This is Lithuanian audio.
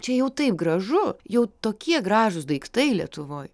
čia jau taip gražu jau tokie gražūs daiktai lietuvoj